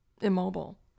immobile